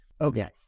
Okay